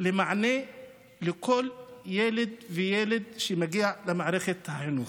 למענה לכל ילד וילד שמגיע למערכת החינוך.